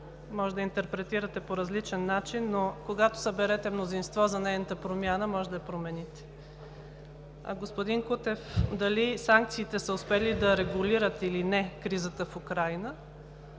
може да интерпретирате по различен начин, но когато съберете мнозинство за нейната промяна, може да я промените. Господин Кутев, дали санкциите са успели да регулират или не кризата в Украйна,